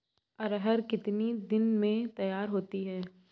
अरहर कितनी दिन में तैयार होती है?